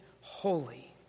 holy